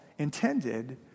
intended